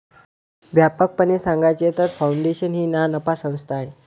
व्यापकपणे सांगायचे तर, फाउंडेशन ही नानफा संस्था आहे